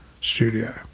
studio